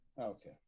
Okay